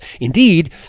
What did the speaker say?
Indeed